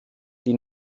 die